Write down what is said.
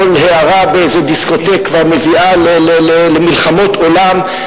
כל הערה באיזה דיסקוטק כבר מביאה למלחמות עולם.